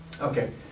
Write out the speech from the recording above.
Okay